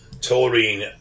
taurine